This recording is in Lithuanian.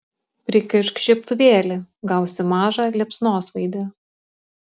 prikišk žiebtuvėlį gausi mažą liepsnosvaidį